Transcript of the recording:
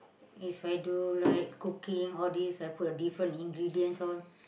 If I do like cooking all this I put different ingredients all